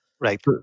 Right